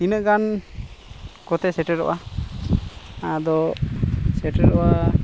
ᱛᱤᱱᱟᱹᱜ ᱜᱟᱱ ᱠᱚᱛᱮ ᱥᱮᱴᱮᱨᱚᱜᱼᱟ ᱟᱫᱚ ᱥᱮᱴᱮᱨᱚᱜᱼᱟ